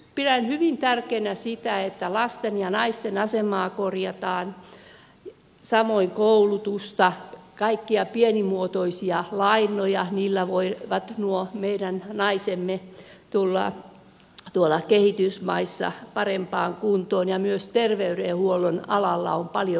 pidän hyvin tärkeänä sitä että lasten ja naisten asemaa korjataan samoin koulutusta on kaikkia pienimuotoisia lainoja niillä voivat nuo meidän naisemme tuolla kehitysmaissa tulla parempaan kuntoon ja myös terveydenhuollon alalla on paljon kehittämistä